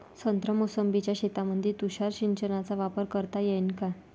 संत्रा मोसंबीच्या शेतामंदी तुषार सिंचनचा वापर करता येईन का?